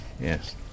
yes